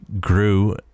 grew